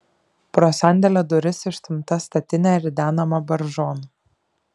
pro sandėlio duris išstumta statinė ridenama baržon